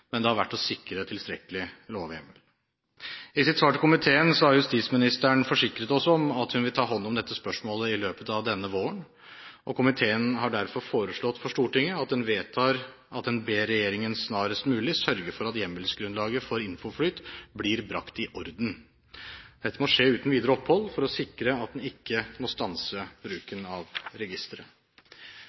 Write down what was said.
men det har vært å sikre tilstrekkelig lovhjemmel. I sitt svar til komiteen har justisministeren forsikret oss om at hun vil ta hånd om dette spørsmålet i løpet av denne våren. Komiteen har derfor foreslått at Stortinget ber regjeringen snarest mulig sørge for at hjemmelsgrunnlaget for INFOFLYT blir brakt i orden. Dette må skje uten videre opphold, for å sikre at en ikke må stanse bruken av registeret.